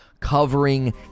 covering